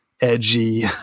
edgy